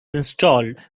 installed